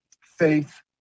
faith